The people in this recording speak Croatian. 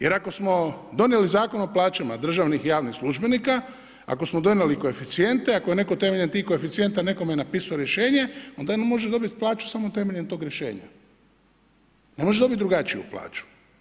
Jer ako smo donijeli Zakon o plaćama državnih i javnih službenika, ako smo donijeli koeficijente, ako je netko temeljem tih koeficijenata nekome napisao rješenje onda on može dobiti plaću samo temeljem tog rješenja, ne može dobiti drugačiju plaću.